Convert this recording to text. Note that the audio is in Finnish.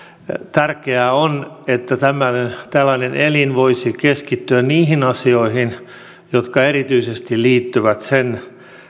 tärkeää on että tällainen elin voisi keskittyä niihin asioihin jotka erityisesti liittyvät sen